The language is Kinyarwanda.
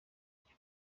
iryo